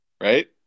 right